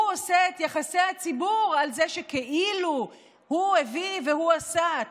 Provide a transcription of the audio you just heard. הוא עושה את יחסי הציבור על זה שכאילו הוא הביא והוא עשה,